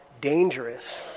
dangerous